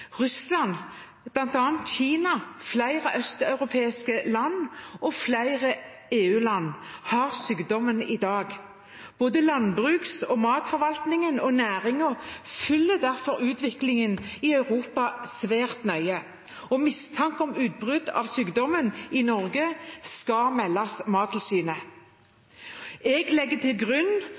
Russland, Kina og flere østeuropeiske land og EU-land har sykdommen i dag. Både landbruks- og matforvaltningen og næringen følger derfor utviklingen i Europa svært nøye, og mistanke om utbrudd av sykdommen i Norge skal meldes til Mattilsynet. Jeg legger til grunn